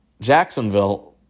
Jacksonville